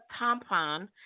tampon